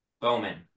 Bowman